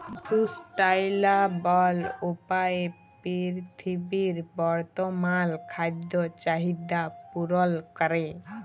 sustainable উপায়ে পীরথিবীর বর্তমাল খাদ্য চাহিদ্যা পূরল ক্যরে